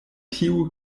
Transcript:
tiu